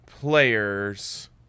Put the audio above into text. players